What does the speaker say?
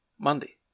Monday